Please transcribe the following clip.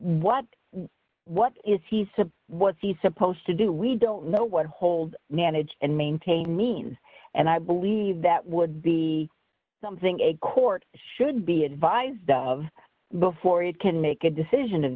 what what is he said what's he supposed to do we don't know what hold manage and maintain means and i believe that would be something a court should be advised of before it can make a decision of